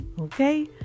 Okay